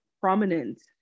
prominent